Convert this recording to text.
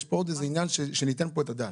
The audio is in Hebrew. יש פה עוד איזה עניין שניתן פה את הדעת.